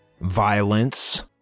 violence